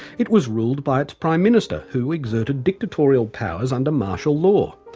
it was ruled by its prime minister, who exerted dictatorial powers under martial law,